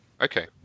Okay